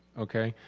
okay?